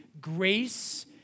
grace